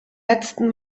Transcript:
letzen